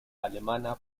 alemana